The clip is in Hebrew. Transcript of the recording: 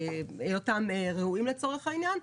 מבחינה בטחונית.